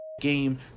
game